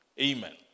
Amen